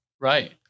Right